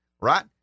right